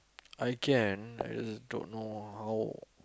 I can I just don't know how